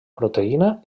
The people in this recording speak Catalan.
proteïna